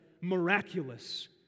miraculous